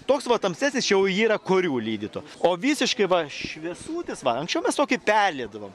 toks va tamsesnis čia jau yra korių lydyto o visiškai va šviesutis va anksčiau mes tokį perliedavom